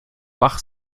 bach